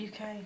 uk